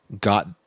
got